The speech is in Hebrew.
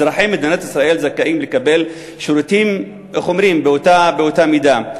אזרחי מדינת ישראל זכאים לקבל שירותים באותה מידה,